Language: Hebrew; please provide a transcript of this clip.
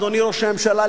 אדוני ראש הממשלה,